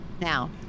Now